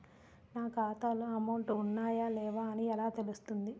నా ఖాతాలో అమౌంట్ ఉన్నాయా లేవా అని ఎలా తెలుస్తుంది?